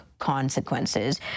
consequences